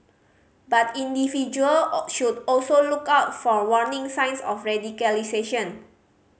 but individual all should also look out for warning signs of radicalisation